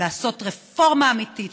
לעשות רפורמה אמיתית,